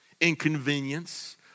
Inconvenience